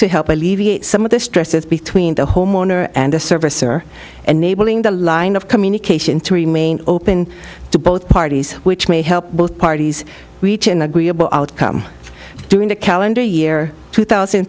alleviate some of the stresses between the homeowner and the service or enabling the line of communication to remain open to both parties which may help both parties reach an agreeable outcome during the calendar year two thousand